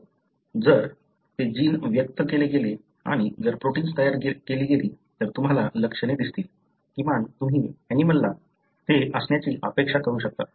तर जर ते जीन व्यक्त केले गेले आणि जर प्रोटिन्स तयार केली गेली तर तुम्हाला लक्षणे दिसतील किमान तुम्हीऍनिमलंला ते असण्याची अपेक्षा करू शकता